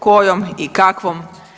Kojom i kakvom?